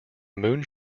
moon